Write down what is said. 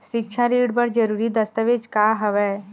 सिक्छा ऋण बर जरूरी दस्तावेज का हवय?